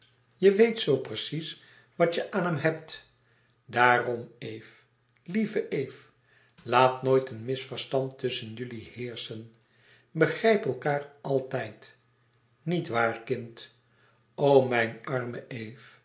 je weet zoo precies wat je aan hem hebt daarom eve lieve eve laat nooit een misverstand tusschen jullie heerschen begrijp elkaâr altijd nietwaar kind o mijn arme